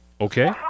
Okay